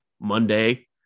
Monday